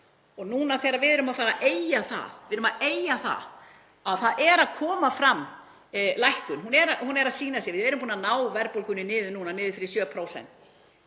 núna þegar við erum að fara að eygja það að það er að koma fram lækkun, hún er að sýna sig? Við erum búin að ná verðbólgunni niður núna, niður fyrir 7%,